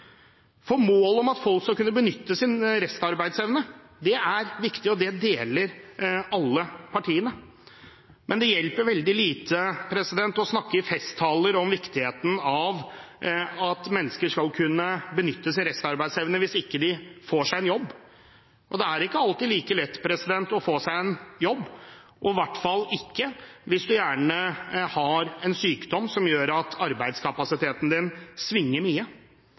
Målet om at folk skal kunne benytte sin restarbeidsevne, er viktig, og det deler alle partiene. Men det hjelper veldig lite å snakke i festtaler om viktigheten av at mennesker skal kunne benytte sin restarbeidsevne, hvis de ikke får seg en jobb. Det er ikke alltid like lett å få seg en jobb, i hvert fall ikke hvis man har en sykdom som gjør at arbeidskapasiteten svinger mye.